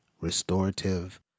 restorative